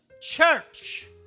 church